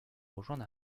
rejoindre